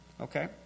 okay